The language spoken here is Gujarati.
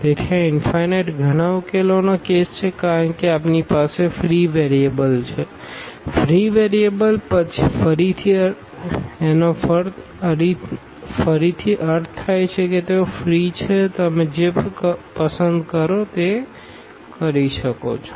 તેથી આ ઇનફાઈનાઈટ ઘણા ઉકેલોનો કેસ છે કારણ કે આપણી પાસે ફ્રી વેરિયેબલ્સ છે ફ્રી વેરિયેબલ્સ ફરીથી અર્થ થાય છે કે તેઓ ફ્રી છે તમે જે પસંદ કરો તે પસંદ કરી શકો છો